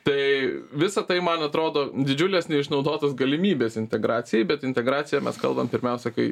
tai visa tai man atrodo didžiulės neišnaudotos galimybės integracijai bet integraciją mes kalbam pirmiausia kai